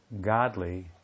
godly